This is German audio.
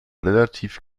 relativ